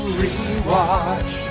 rewatch